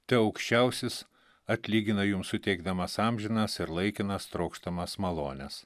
te aukščiausias atlygina jum suteikdamas amžinas ir laikinas trokštamas malones